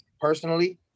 personally